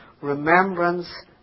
Remembrance